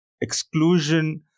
exclusion